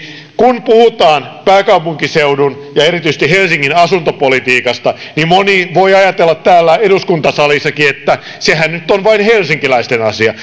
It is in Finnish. kun puhutaan pääkaupunkiseudun ja erityisesti helsingin asuntopolitiikasta niin moni voi ajatella täällä eduskuntasalissakin että sehän nyt on vain helsinkiläisten asia